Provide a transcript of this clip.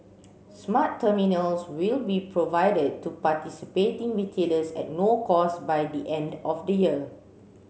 smart terminals will be provided to participating retailers at no cost by the end of the year